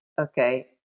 Okay